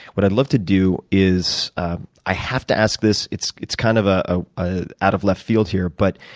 what i'd love to do is i have to ask this. it's it's kind of ah ah ah out of left field, here but